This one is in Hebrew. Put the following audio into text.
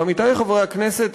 ועמיתי חברי הכנסת,